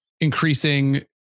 increasing